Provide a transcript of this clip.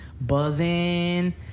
Buzzing